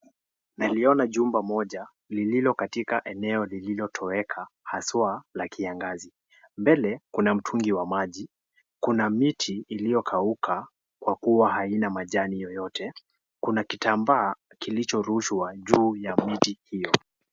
Naliona jumba moja, lililo katika eneo lililotoweka, hasa la kiangazi. Mbele, kuna mtungi wa maji, kuna miti iliyokauka kwa kuwa haina majani yoyote, kuna kitambaa kilichorushwa juu ya mti hiyo.